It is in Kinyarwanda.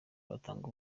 batanga